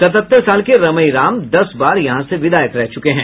सतहत्तर साल के रमई राम दस बार यहां से विधायक रह चुके हैं